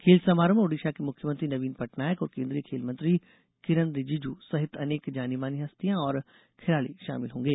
खेल समारोह में ओडिशा के मुख्यमंत्री नवीन पटनायक और केंद्रीय खेल मंत्री किरेन रिजिजू सहित अनेक जानी मानी हस्तियां और खिलाड़ी शामिल होंगे